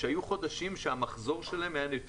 שהיו חודשים שמחזור המכירות שלהם היה יותר